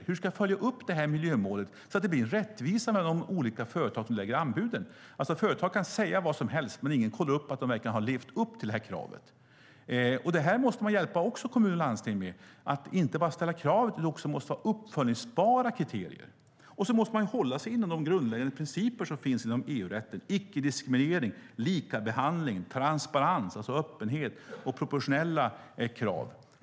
Hur ska miljömålet följas upp så att det blir rättvist mellan de olika företag som lägger anbud? Företag kan säga vad som helst, men ingen kollar upp att de verkligen har levt upp till kravet. Man måste hjälpa kommuner och landsting med att inte bara ställa krav utan också ha uppföljningsbara kriterier. Man måste även hålla sig inom de grundläggande principer som finns inom EU-rätten: icke-diskriminering, likabehandling, transparens och öppenhet samt proportionella krav.